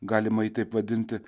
galima jį taip vadinti